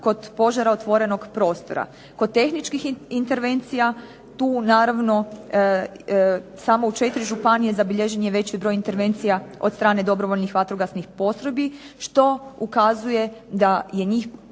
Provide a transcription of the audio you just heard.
kod požara otvorenog prostora. Kod tehničkih intervencija tu naravno samo u 4 županije zabilježen je veći broj intervencija od strane dobrovoljnih vatrogasnih postrojbi što ukazuje da je njih